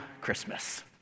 Christmas